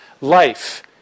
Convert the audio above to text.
life